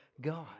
God